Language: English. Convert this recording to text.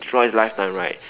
throughout its lifetime right